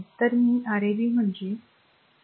तर मी Rab म्हणजे हा Rab कापला